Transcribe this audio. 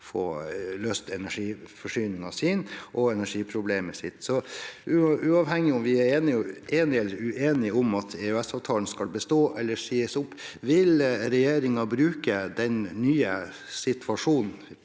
få løst energiforsyningen sin og energiproblemet sitt. Uavhengig av om vi er enige om eller uenige om at EØS-avtalen skal bestå eller sies opp: Vil regjeringen bruke den nye situasjonen